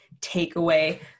takeaway